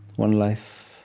one life